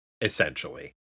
essentially